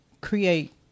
create